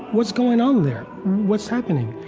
what's going on there? what's happening?